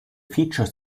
feature